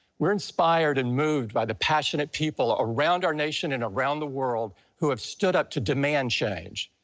we're inspired and moved by the passionate people around our nation and around the world who have stood up to demand change.